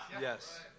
Yes